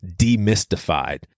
demystified